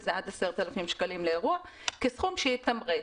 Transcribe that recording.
שזה עד 10,000 שקלים לאירוע, כסכום שיתמרץ.